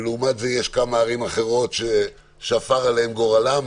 ולעומת זאת יש כמה ערים אחרות ששפר עליהן גורלן